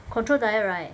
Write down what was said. control diet right